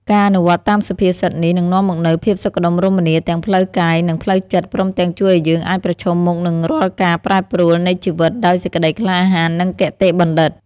ការអនុវត្តតាមសុភាសិតនេះ នឹងនាំមកនូវភាពសុខដុមរមនាទាំងផ្លូវកាយ និងផ្លូវចិត្ត ព្រមទាំងជួយឱ្យយើងអាចប្រឈមមុខនឹងរាល់ការប្រែប្រួលនៃជីវិតដោយសេចក្តីក្លាហាន និងគតិបណ្ឌិត។